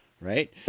right